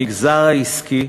המגזר העסקי